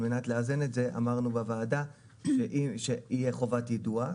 על מנת לאזן את זה אמרנו בוועדה שתהיה חובת יידוע,